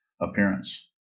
appearance